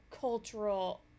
cultural